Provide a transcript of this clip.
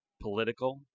political